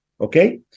okay